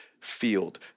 field